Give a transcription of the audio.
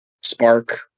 Spark